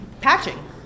Patching